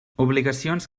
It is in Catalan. obligacions